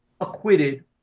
acquitted